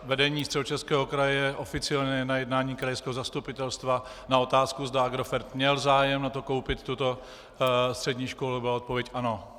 Vedení Středočeského kraje oficiálně na jednání krajského zastupitelstva na otázku, zda Agrofert měl zájem na tom koupit tuto střední školu, dostalo odpověď, že ano.